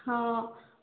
ହଁ